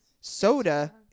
soda